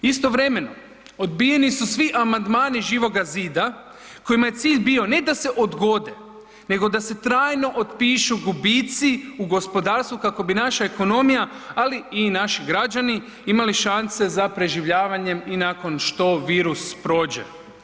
Istovremeno, odbijeni su svi amandmani Živoga zida kojima je cilj bio ne da se odgode nego da se trajno otpišu gubitci u gospodarstvu kako bi naša ekonomija, ali i naši građani imali šanse za preživljavanjem i nakon što virus prođe.